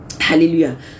Hallelujah